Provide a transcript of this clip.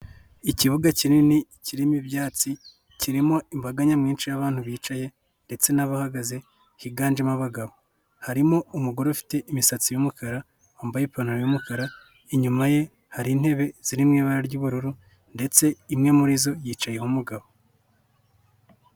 Ikibuga kinini kirimo ibyatsi kirimo imbaga nyamwinshi y'abantu bicaye ndetse n'abahagaze higanjemo abagabo, harimo umugore ufite imisatsi y'umukara, wambaye ipantaro y'umukara inyuma ye hari intebe ziri mu ibara ry'ubururu ndetse imwe muri zo yicayeho umugabo.